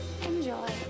enjoy